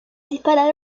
disparar